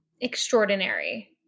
Extraordinary